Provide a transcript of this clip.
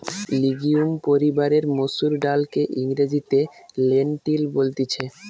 legume পরিবারের মসুর ডালকে ইংরেজিতে লেন্টিল বলতিছে